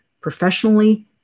professionally